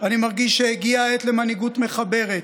אני מרגיש שהגיעה העת למנהיגות מחברת,